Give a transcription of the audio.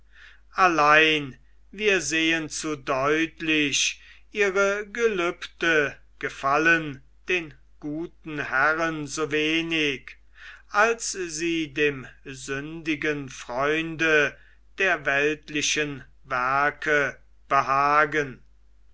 allein wir sehen zu deutlich ihre gelübde gefallen den guten herren so wenig als sie dem sündigen freunde der weltlichen werke behagen